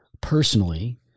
personally